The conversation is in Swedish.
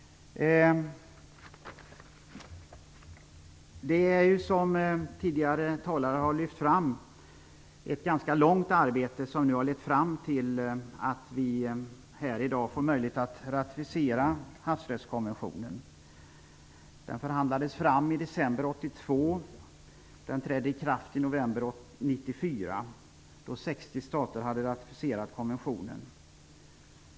Som tidigare talare har lyft fram är det ett långt arbete som nu har lett fram till att vi här i dag får möjlighet att ratificera havsrättskonventionen. Den förhandlades fram i december 1982. Konventionen trädde i kraft i november 1994, då 60 stater hade ratificerat den.